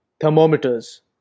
thermometers